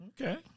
okay